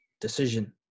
decision